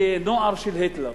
כנוער של היטלר.